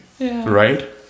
Right